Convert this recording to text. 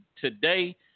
today